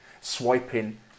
swiping